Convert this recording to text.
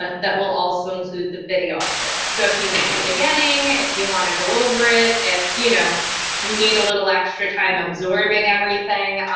that will also include the video of this. so if you missed the beginning, if you wanna go over it, if you know you need a little extra time absorbing everything,